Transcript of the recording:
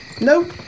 Nope